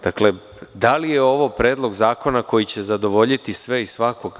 Dakle, da li je ovo predlog zakona koji će zadovoljiti sve i svakog?